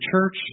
church